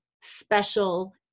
special